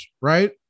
right